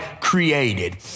created